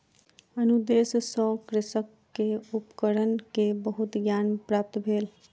अनुदेश सॅ कृषक के उपकरण के बहुत ज्ञान प्राप्त भेल